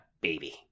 baby